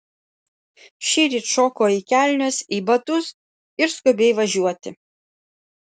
šįryt šoko į kelnes į batus ir skubiai važiuoti